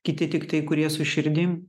kiti tiktai kurie su širdim